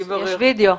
יש וידאו.